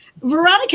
Veronica